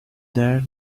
their